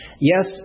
yes